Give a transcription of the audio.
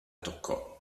toccò